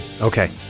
Okay